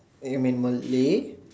you mean Malay